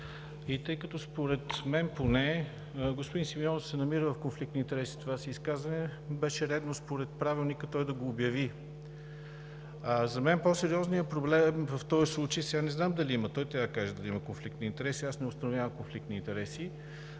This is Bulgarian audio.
И тъй като, според мен, поне господин Симеонов се намира в конфликт на интереси с това си изказване, беше редно според Правилника той да го обяви. За мен по-сериозният проблем в този случай… (Реплика.) Не знам дали има, той трябва да каже дали има конфликт на интереси. Аз не установявам конфликт на интереси.